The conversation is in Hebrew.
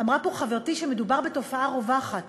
אמרה פה חברתי שמדובר בתופעה רווחת.